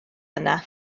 yna